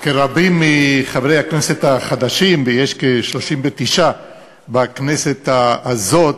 כרבים מחברי הכנסת החדשים, ויש 39 בכנסת הזאת,